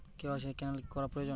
KYC cancel করা প্রয়োজন?